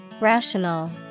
Rational